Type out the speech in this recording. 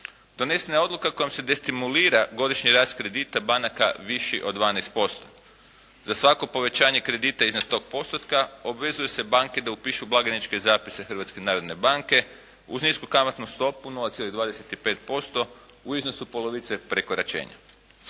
Donesena je odluka kojom se destimulira godišnji rast kredita banaka viši od 12%. Za svako povećanje kredita iznad tog postotka obvezuju se banke da upišu blagajničke zapise Hrvatske narodne banke uz nisu kamatnu stopu 0,25% u iznosu od polovice prekoračenja.